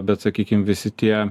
bet sakykim visi tie